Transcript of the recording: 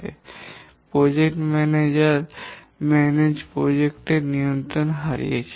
এবং প্রকল্প ম্যানেজার প্রকল্প এর নিয়ন্ত্রণ হারিয়েছেন